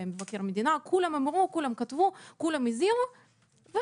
כולם הזהירו,